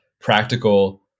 practical